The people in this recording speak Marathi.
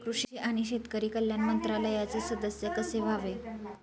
कृषी आणि शेतकरी कल्याण मंत्रालयाचे सदस्य कसे व्हावे?